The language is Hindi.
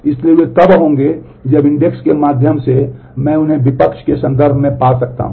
इसलिए वे तब होंगे जब इंडेक्स के माध्यम से मैं उन्हें विपक्ष के संदर्भ में पा सकता हूं